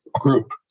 Group